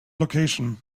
location